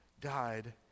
died